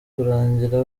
kurangira